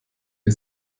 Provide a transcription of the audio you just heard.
wir